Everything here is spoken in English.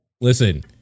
Listen